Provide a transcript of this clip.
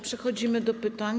Przechodzimy do pytań.